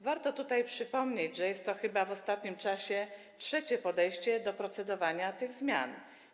Warto tutaj przypomnieć, że jest to chyba w ostatnim czasie trzecie podejście do procedowania nad tą zmianą.